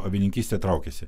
avininkystė traukiasi